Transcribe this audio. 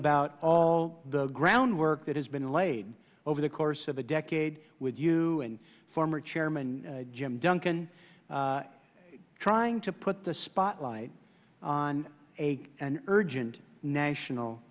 about all the groundwork that has been laid over the course of a decade with you and former chairman duncan trying to put the spotlight on a an urgent national